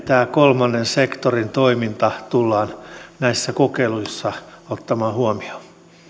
tämä kolmannen sektorin toiminta tullaan näissä kokeiluissa ottamaan huomioon